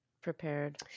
Prepared